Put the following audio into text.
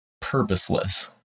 purposeless